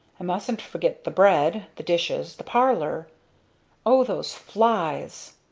i mustn't forget the bread, the dishes, the parlor o those flies!